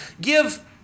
Give